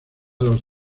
los